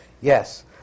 Yes